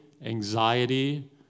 anxiety